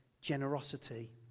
generosity